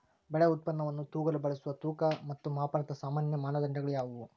ಬೆಳೆ ಉತ್ಪನ್ನವನ್ನು ತೂಗಲು ಬಳಸುವ ತೂಕ ಮತ್ತು ಮಾಪನದ ಸಾಮಾನ್ಯ ಮಾನದಂಡಗಳು ಯಾವುವು?